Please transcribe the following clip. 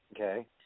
Okay